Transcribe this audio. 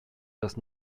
does